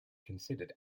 considered